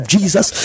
Jesus